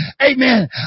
amen